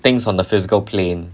things on a physical plane